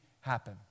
happen